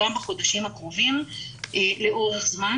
לא רק הכותרות הראשיות,